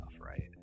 right